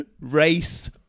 race